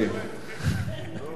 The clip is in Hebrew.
לוותר.